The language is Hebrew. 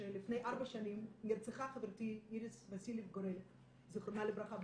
שלפני ארבע שנים נרצחה חברתי איריס מסיליב גורלי זיכרונה לברכה,